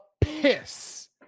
piss